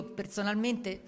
personalmente